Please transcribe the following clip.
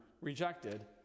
rejected